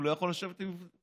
הוא לא יכול לשבת עם פקידים.